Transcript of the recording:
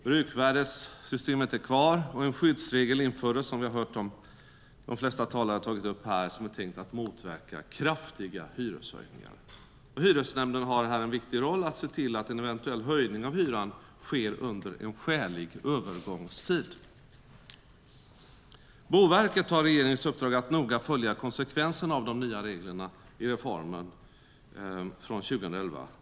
Bruksvärdessystemet är kvar och en skyddsregel infördes som är tänkt att motverka kraftiga hyreshöjningar. Det har vi hört de flesta talare ta upp här. Hyresnämnden har här en viktig roll när det gäller att se till att en eventuell höjning av hyran sker under en skälig övergångstid. Boverket har regeringens uppdrag att noga följa konsekvenserna av de nya reglerna i reformen från 2011.